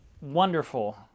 wonderful